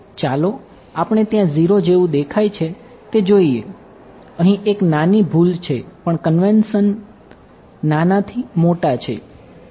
ચાલો આપણે ત્યાં 0 જેવું દેખાય છે તે જોઈએ અહીં એક નાની ભૂલ નાના થી મોટા છે